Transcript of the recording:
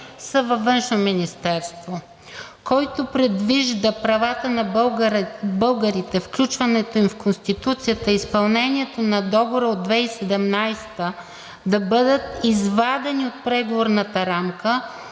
са във Външно министерство, който предвижда правата на българите, включването им в Конституцията и изпълнението на Договора от 2017 г. да бъдат извадени от преговорната рамка